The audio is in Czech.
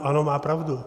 Ano, má pravdu.